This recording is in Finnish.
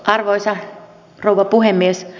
arvoisa rouva puhemies